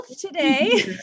today